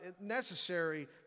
necessary